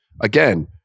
again